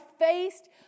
faced